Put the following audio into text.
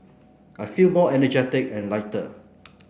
I feel more energetic and lighter